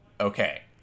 okay